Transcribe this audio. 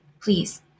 Please